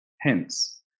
Hence